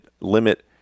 limit